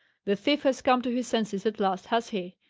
the thief has come to his senses at last, has he?